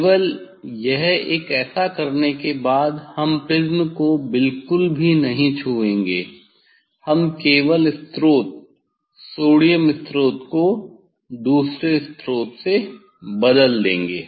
केवल यह एक ऐसा करने के बाद हम प्रिज्म को बिल्कुल भी नहीं छूएंगे हम केवल स्रोत सोडियम स्रोत को दूसरे स्रोत से बदल देंगे